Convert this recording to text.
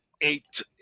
eight